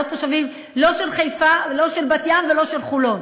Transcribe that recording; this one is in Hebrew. תושבים לא של חיפה ולא של בת-ים ולא של חולון,